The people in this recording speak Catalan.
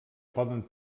poden